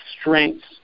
strengths